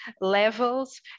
levels